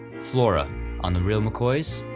flora on the real mccoys,